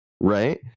right